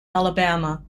alabama